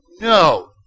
no